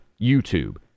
YouTube